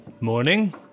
morning